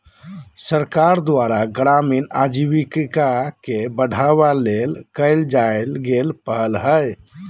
सरकार द्वारा ग्रामीण आजीविका के बढ़ावा ले कइल गेल पहल हइ